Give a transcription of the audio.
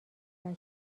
برا